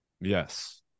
Yes